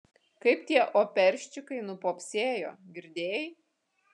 kaip tie operščikai nupopsėjo girdėjai